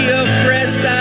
oppressed